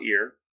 ear